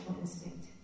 instinct